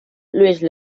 louise